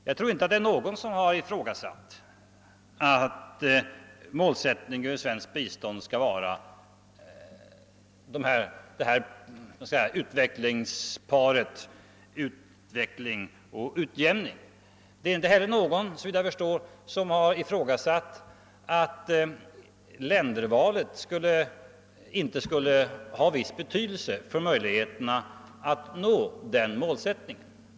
Jag tror inte det är någon som har ifrågasatt att målsättningen för svenskt bistånd skall gälla både utveckling och utjämning. Det är inte heller någon, såvitt jag förstår, som har ifrågasatt att ländervalet inte skulle ha viss betydelse för möjligheterna att nå målsättningen.